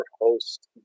host